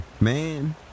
man